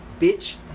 Bitch